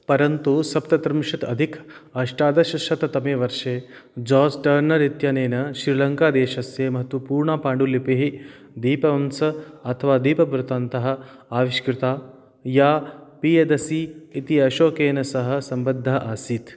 परन्तु सप्तत्रिंशतधिक अष्टादशशततमे वर्षे जास् टर्नर् इत्यनेन श्रीलङ्कादेशस्य महत्त्वपूर्ण पाण्डुलिपिः दीपवंश अथवा द्वीपवृत्तान्तः आविष्कृता या पीयदसी इति अशोकेन सह सम्बद्धा आसीत्